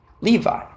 Levi